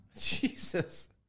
Jesus